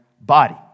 body